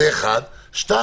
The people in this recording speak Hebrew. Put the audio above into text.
דבר שני,